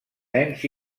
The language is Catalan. nens